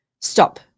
Stop